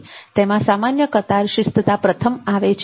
તેમાં સામાન્ય કતાર શિસ્તતા પ્રથમ આવે છે